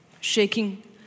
shaking